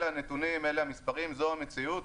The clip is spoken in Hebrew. אלה הנתונים, אלה המספרים, זאת המציאות.